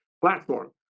platform